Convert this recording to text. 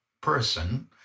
person